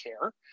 care